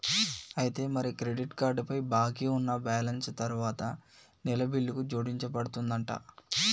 అయితే మరి credit card పై బాకీ ఉన్న బ్యాలెన్స్ తరువాత నెల బిల్లుకు జోడించబడుతుందంట